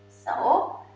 so,